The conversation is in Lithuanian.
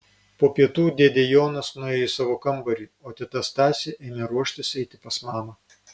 po pietų dėdė jonas nuėjo į savo kambarį o teta stasė ėmė ruoštis eiti pas mamą